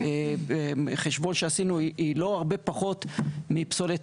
היא בחשבון שעשינו היא לא הרבה פחות מפסולת